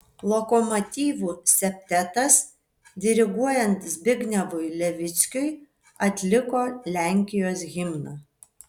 lokomotyvų septetas diriguojant zbignevui levickiui atliko lenkijos himną